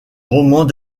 romans